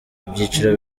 ibyiciro